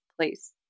please